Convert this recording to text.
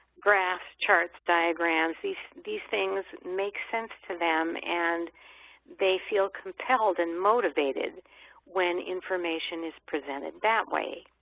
graphs, charts, diagrams, these these things make sense to them and they feel compelled and motivated when information is presented that way.